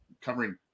covering